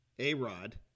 A-Rod